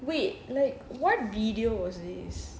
wait like what video was this